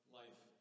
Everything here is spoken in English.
life